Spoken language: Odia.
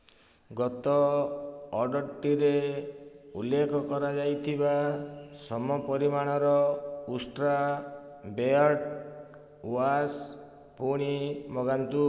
ଗତ ଅର୍ଡ଼ର୍ଟିରେ ଉଲ୍ଲେଖ କରାଯାଇଥିବା ସମ ପରିମାଣର ଉଷ୍ଟ୍ରା ବିୟର୍ଡ଼୍ ୱାଶ୍ ପୁଣି ମଗାନ୍ତୁ